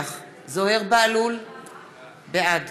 בושה וחרפה איך אתם בכלל מעזים לדבר על זה.